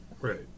Right